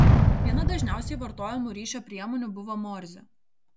viena dažniausiai vartojamų ryšio priemonių buvo morzė